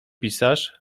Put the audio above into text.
pisarz